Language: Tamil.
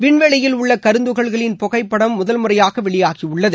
விண்வெளியில் உள்ள கருந்துகள்களின் புகைப்படம் முதல் முறையாக வெளியாகியுள்ளது